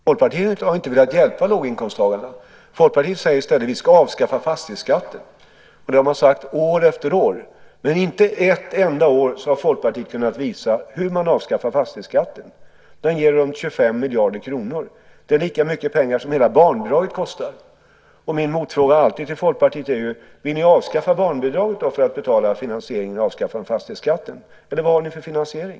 Folkpartiet har inte velat hjälpa låginkomsttagarna. Folkpartiet säger i stället: Vi ska avskaffa fastighetsskatten. Det har man sagt år efter år. Men inte ett enda år har Folkpartiet kunnat visa hur man avskaffar fastighetsskatten. Den ger runt 25 miljarder kronor. Det är lika mycket pengar som hela barnbidraget kostar. Min motfråga till Folkpartiet är ju alltid: Vill ni avskaffa barnbidraget då, för att finansiera avskaffandet av fastighetsskatten? Eller vad har ni för finansiering?